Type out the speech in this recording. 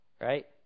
Right